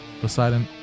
poseidon